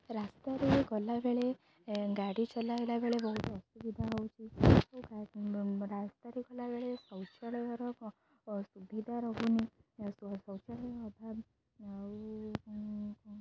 ରାସ୍ତାରେ ଗଲାବେଳେ ଗାଡ଼ି ଚଲାଇଲାବେଳେ ବହୁତ ଅସୁବିଧା ହେଉଛି ରାସ୍ତାରେ ଗଲାବେଳେ ଶୌଚାଳୟର ସୁବିଧା ରହୁୁନି ଶୌଚାଳୟ ଅଭାବ ଆଉ